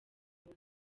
rugo